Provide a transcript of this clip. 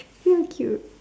thank you